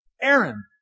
Aaron